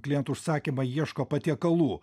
klientų užsakymą ieško patiekalų